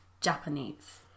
Japanese